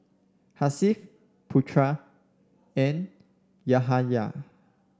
Hasif Putra and Yahaya